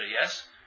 yes